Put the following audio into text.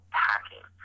packing